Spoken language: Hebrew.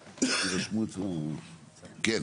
כן?